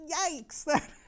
yikes